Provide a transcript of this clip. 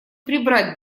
прибрать